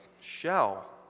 shell